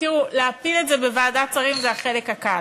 להפיל את זה בוועדת השרים זה החלק הקל.